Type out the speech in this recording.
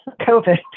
covid